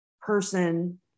person